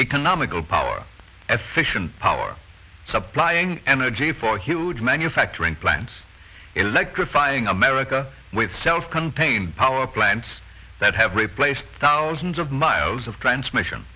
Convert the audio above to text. economical power and fission power supplying energy for huge manufacturing plants electrifying america with self contained power plants that have replaced thousands of miles of transmission